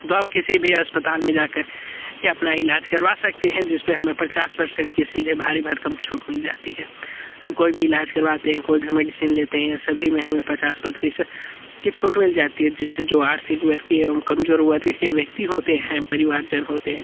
तो आप किसी भी अस्पताल में जा कर के अपना इलाज करवा सकते हैं जिस पर हमें पचास पर्सेंट के सीधे भारी भरकम छूट मिल जाती है हम कोई भी इलाज करवाते हैं कोई भी मेडिसिन लेते हैं सभी में हमें पचास प्रतिशत की छूट मिल जाती है जिससे जो आर्थिक वर्ग के एवं कमज़ोर वर्ग के व्यक्ति होते हैं परिवारजन होते हैं